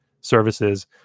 services